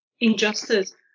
injustice